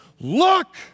Look